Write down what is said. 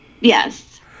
Yes